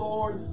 Lord